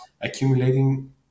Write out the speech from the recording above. accumulating